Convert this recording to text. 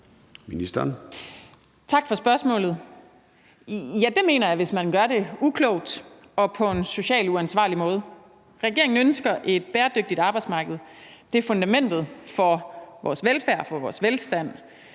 Tak for spørgsmålet. Ja, det mener jeg, hvis man gør det uklogt og på en socialt uansvarlig måde. Regeringen ønsker et bæredygtigt arbejdsmarked. Det er fundamentet for vores velfærd og for vores velstand.